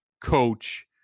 coach